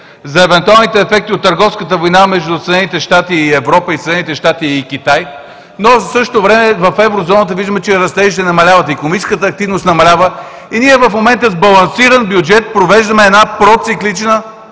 за евентуалните ефекти от търговската война между Съединените щати и Европа и Съединените щати и Китай. В същото време в Еврозоната виждаме, че растежите намаляват, икономическата активност намалява и ние в момента с балансиран бюджет провеждаме една проциклична